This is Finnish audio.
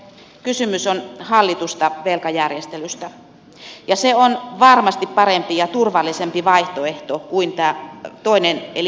kysymys on hallitusta velkajärjestelystä ja se on varmasti parempi ja turvallisempi vaihtoehto kuin tämä toinen eli hallitsematon kaaos